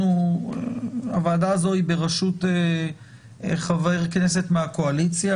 הוועדה הזאת היא בראשות חבר כנסת מהקואליציה.